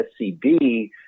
SCB